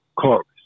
Chorus